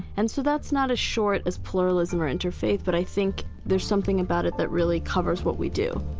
and so that's not as short as pluralism or interfaith, but i think there's something about it that really covers what we do